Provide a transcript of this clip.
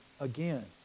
again